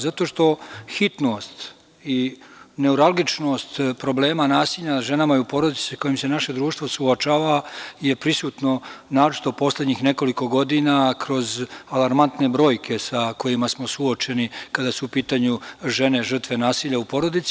Zato što hitnost i neuralgičnost problema nasilja nad ženama i u porodici, sa kojom se naše društvo suočava, je prisutno naročito poslednjih nekoliko godina, kroz alarmantne brojke sa kojima smo suočeni kada su u pitanju žene žrtve nasilja u porodici.